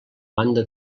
banda